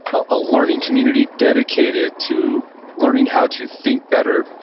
a learning community dedicated to learning how to think better,